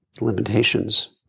Limitations